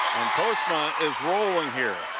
postma is rolling here.